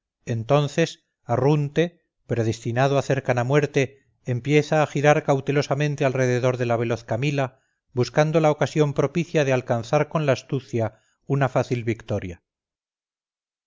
entonces arrunte predestinado a cercana muerte empieza a girar cautelosamente alrededor de la veloz camila buscando la ocasión propicia de alcanzar con la astucia una fácil victoria